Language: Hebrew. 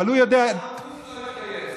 וגם הוא לא התגייס.